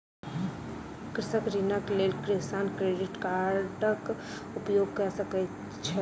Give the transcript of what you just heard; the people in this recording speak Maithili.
कृषक ऋणक लेल किसान क्रेडिट कार्डक उपयोग कय सकैत छैथ